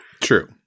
True